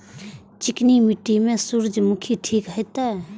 चिकनी मिट्टी में सूर्यमुखी ठीक होते?